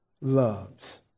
loves